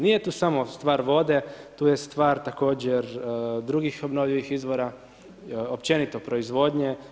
Nije tu stvar samo vode, tu je stvar također drugih obnovljivih izvora, općenito proizvodnje.